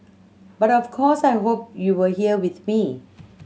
but of course I hope you were here with me